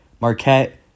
Marquette